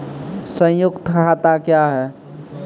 संयुक्त खाता क्या हैं?